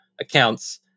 accounts